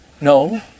no